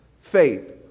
faith